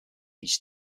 each